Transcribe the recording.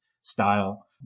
style